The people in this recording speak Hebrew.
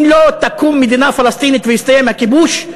אם לא תקום מדינה פלסטינית ויסתיים הכיבוש,